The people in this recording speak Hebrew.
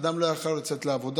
אדם לא יכול לצאת לעבודה,